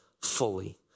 fully